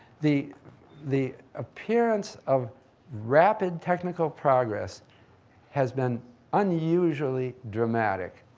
the the appearance of rapid technical progress has been unusually dramatic.